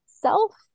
self